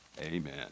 amen